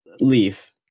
leaf